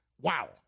Wow